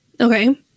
Okay